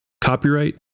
Copyright